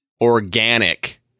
organic